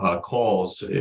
calls